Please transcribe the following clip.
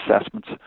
assessments